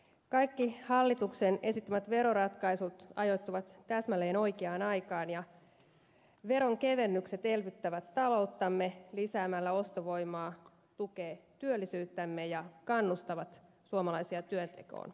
kaikki hallituksen esittämät veroratkaisut ajoittuvat täsmälleen oikeaan aikaan ja veronkevennykset elvyttävät talouttamme lisäämällä ostovoimaa tukevat työllisyyttämme ja kannustavat suomalaisia työntekoon